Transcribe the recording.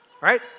right